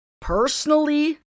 personally